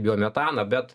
biometaną bet